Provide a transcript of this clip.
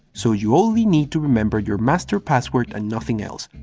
so you only need to remember your master password and nothing else.